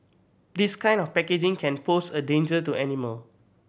this kind of packaging can pose a danger to animal